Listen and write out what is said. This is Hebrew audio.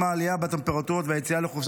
עם העלייה בטמפרטורות והיציאה לחופשה,